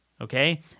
Okay